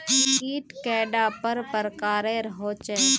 कीट कैडा पर प्रकारेर होचे?